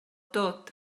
tot